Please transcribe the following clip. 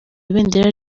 ibendera